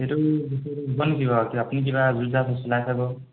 সেইটো আৰু আপুনি কিবা